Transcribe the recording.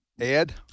Ed